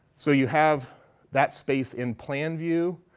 so you have that space in plan view.